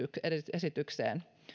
esitykseen